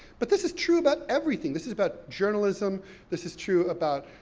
but this is true about everything. this is about journalism this is true about